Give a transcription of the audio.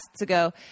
ago